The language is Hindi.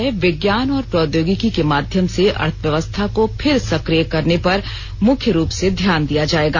जिसमें विज्ञान और प्रौद्योगिकी के माध्यम से अर्थव्यवस्था को फिर सक्रिय करने पर मुख्य रूप से ध्यान दिया जाएगा